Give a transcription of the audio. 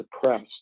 depressed